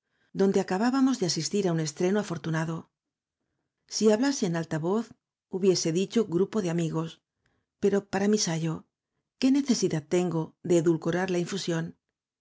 donde acabábamos de asistir á un estreno afortunad si hablase en alta voz hubiese dicho grupo de amigos pero para mi sayo qué necesidad tengo de edulcorar la infusión